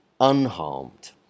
Unharmed